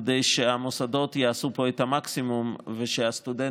כדי שהמוסדות יעשו פה את המקסימום ושהסטודנטים